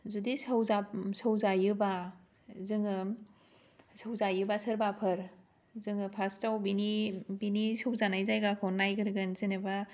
जुदि सौजाब सौजायोबा जोङो सौजायोबा सोरबाफोर जोङो फार्स्थ आव बेनि बेनि सौजानाय जायगाखौ नायग्रोगोन जेनबा